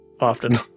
often